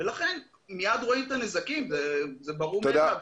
הנזקים ברורים מאליהם.